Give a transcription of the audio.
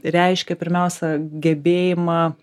reiškia pirmiausia gebėjimą